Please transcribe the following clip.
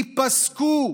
ייפסקו.